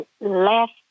left